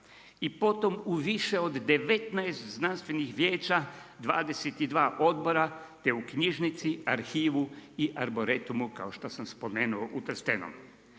i potom u više od 19 znanstvenih vijeća, 22 odbora te u knjižnici, arhivu i arboretumu kao što sam spomenuo u Trstenom.